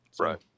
Right